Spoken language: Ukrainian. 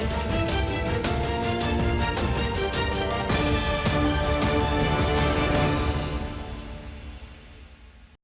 Дякую.